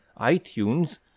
iTunes